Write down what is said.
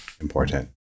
important